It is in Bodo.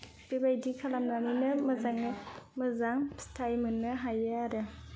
बेबायदि खालामनानैनो मोजाङै मोजां फिथाय मोननो हायो आरो